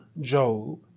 Job